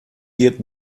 wird